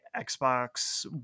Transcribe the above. Xbox